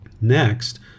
Next